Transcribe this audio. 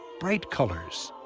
bright colors.